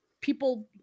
people